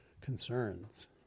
concerns